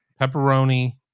pepperoni